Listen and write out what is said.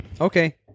Okay